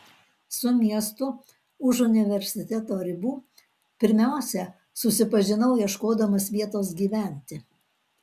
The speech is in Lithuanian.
su miestu už universiteto ribų pirmiausia susipažinau ieškodamas vietos gyventi